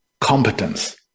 competence